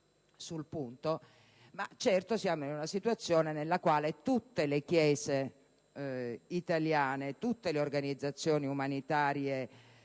ma certo siamo in una situazione nella quale tutte le Chiese italiane, tutte le organizzazioni umanitarie internazionali,